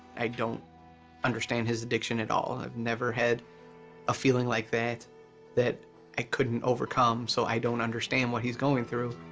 i don't understand his addiction at all. i've never had a feeling like that that i couldn't overcome, so i don't understand what he's going through.